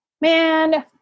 man